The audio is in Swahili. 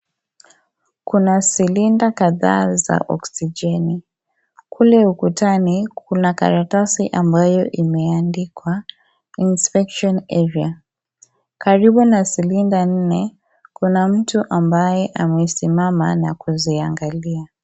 Kuna silinda kadhaa za oksijeni. Kule ukutani kuna karatasi ambayo imeandikwa inspection area . Karibu na silinda nne kuna mtu ambaye amesimama na kuziangalia.